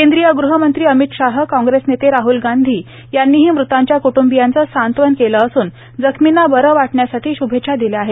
केंद्रीय गृहमंत्री अमित शाह काँग्रेस नेते राहल गांधी यांनीही मृतांच्या क्ट्बियांचं सांत्वन केलं असून जखमींना बरं वाटण्यासाठी शुभेच्छा दिल्या आहेत